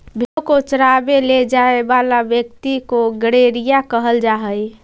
भेंड़ों को चरावे ले जाए वाला व्यक्ति को गड़ेरिया कहल जा हई